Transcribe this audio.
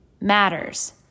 matters